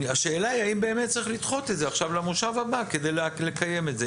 השאלה היא האם באמת צריך לדחות את זה עכשיו למושב הבא כדי לקיים את זה?